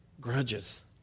grudges